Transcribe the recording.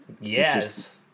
Yes